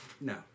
No